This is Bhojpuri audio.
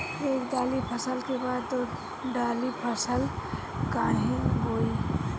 एक दाली फसल के बाद दो डाली फसल काहे बोई?